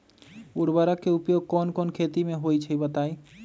उर्वरक के उपयोग कौन कौन खेती मे होई छई बताई?